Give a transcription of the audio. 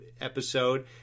episode